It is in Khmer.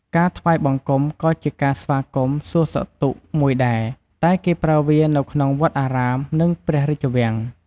ការថ្វាយបង្គំក៏ជាការស្វាគមន៍សួរសុខទុក្ខមួយដែរ តែគេប្រើវានៅក្នុងវត្តអារាម និងព្រះរាជវាំង។